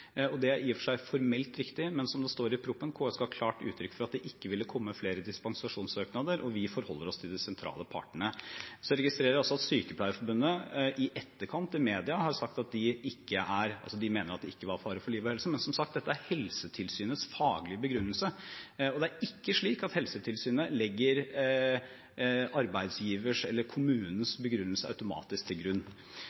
Det er i og for seg formelt riktig, men som det står i proposisjonen: KS ga klart uttrykk for at det ikke ville komme flere dispensasjonssøknader, og vi forholder oss til de sentrale partene. Jeg registrerer også at Sykepleierforbundet i etterkant har sagt i media at de mener det ikke var fare for liv og helse. Men som sagt: Dette er Helsetilsynets faglige begrunnelse, og det er ikke slik at Helsetilsynet automatisk legger arbeidsgivers eller kommunens